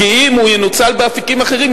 כי אם הוא ינוצל באפיקים אחרים,